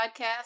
podcast